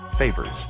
Favors